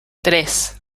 tres